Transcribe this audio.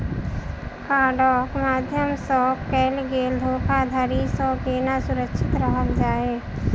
कार्डक माध्यम सँ कैल गेल धोखाधड़ी सँ केना सुरक्षित रहल जाए?